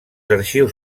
arxius